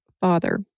father